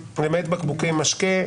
למעט בקבוקי משקה,